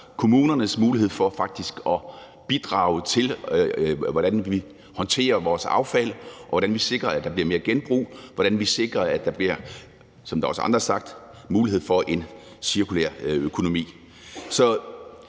kommunernes mulighed for at bidrage til, hvordan vi håndterer vores affald, hvordan vi sikrer, at der bliver mere genbrug, og hvordan vi sikrer, at der, som der også er andre, der har sagt, bliver mulighed for en cirkulær økonomi. Så